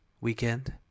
weekend